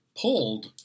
pulled